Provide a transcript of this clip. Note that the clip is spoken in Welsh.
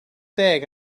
deg